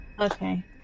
Okay